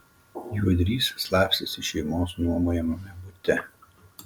juodrys slapstėsi šeimos nuomojamame bute